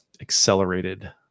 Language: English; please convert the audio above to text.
accelerated